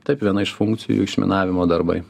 taip viena iš funkcijų išminavimo darbai